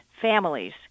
families